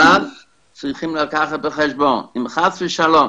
אבל צריכים לקחת בחשבון, אם חס ושלום